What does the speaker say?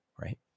right